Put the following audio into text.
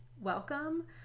welcome